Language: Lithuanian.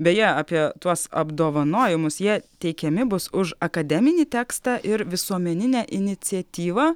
beje apie tuos apdovanojimus jie teikiami bus už akademinį tekstą ir visuomeninę iniciatyvą